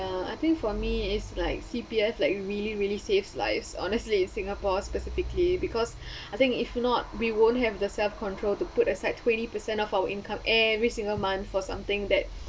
~a I think for me is like C_P_F like really really saves lives honestly singapore specifically because I think if not we won't have the self-control to put aside twenty percent of our income every single month for something that